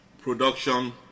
production